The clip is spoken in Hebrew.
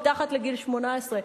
מתחת לגיל 18,